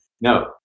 No